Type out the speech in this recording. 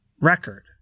record